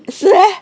是 meh